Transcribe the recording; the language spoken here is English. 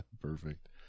perfect